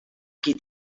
qui